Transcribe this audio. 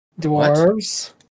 dwarves